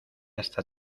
hasta